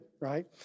right